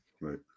Right